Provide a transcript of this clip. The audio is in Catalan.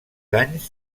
anys